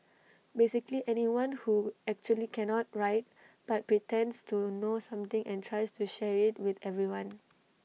basically anyone who actually cannot write but pretends to know something and tries to share IT with everyone